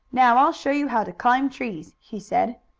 now i'll show you how to climb trees! he said.